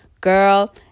girl